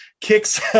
kicks